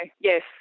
yes